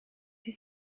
die